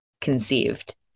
conceived